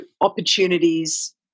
opportunities